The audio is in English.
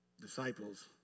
disciples